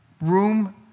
room